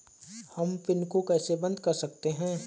हम पिन को कैसे बंद कर सकते हैं?